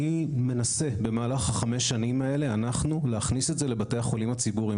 אני מנסה במהלך חמש השנים האלה להכניס את זה לבתי החולים הציבוריים.